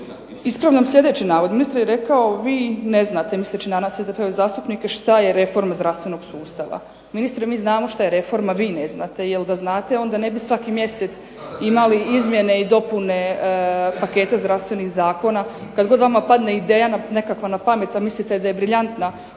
Ispravljam sljedeći navod. Ministar je rekao vi ne znate, misleći na nas SDP-ove zastupnike šta je reforma zdravstvenog sustava. Ministre mi znamo šta je reforma, vi ne znate, jer da znate onda ne bi svaki mjeseci imali izmjene i dopune paketa zdravstvenih zakona. Kad god vama padne ideja nekakva na pamet, a mislite da je briljantna